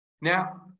Now